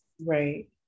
Right